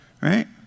right